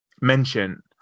mention